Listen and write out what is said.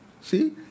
See